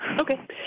Okay